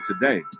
today